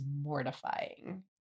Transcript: mortifying